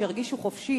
שירגישו חופשי